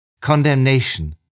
Condemnation